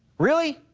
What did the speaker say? really?